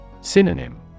Synonym